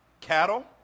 cattle